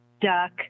duck